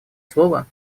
слово